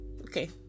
Okay